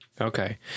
Okay